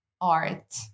art